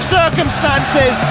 circumstances